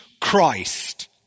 Christ